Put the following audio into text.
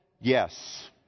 yes